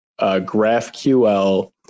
GraphQL